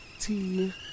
tea